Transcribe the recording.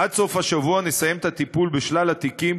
עד סוף השבוע נסיים את הטיפול בשלל התיקים,